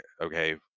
okay